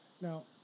Now